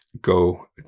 go